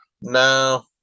no